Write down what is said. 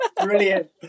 Brilliant